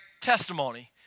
testimony